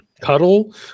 cuddle